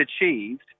achieved